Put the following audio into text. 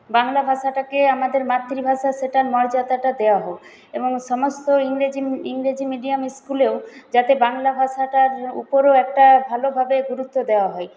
বাংলা ভাষাটাকে আমাদের মাতৃভাষা সেটার মর্যাদাটা দেওয়া হোক এবং সমস্ত ইংরেজি ইংরেজি মিডিয়াম ইস্কুলেও যাতে বাংলা ভাষাটার উপরও একটা ভালোভাবে গুরুত্ব দেওয়া হয়